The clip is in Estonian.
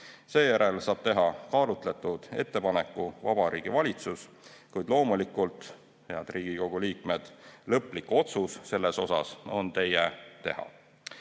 Seejärel saab teha kaalutletud ettepaneku Vabariigi Valitsus, kuid loomulikult, head Riigikogu liikmed, lõplik otsus on teie teha.